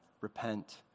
repent